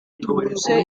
duhuje